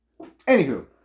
Anywho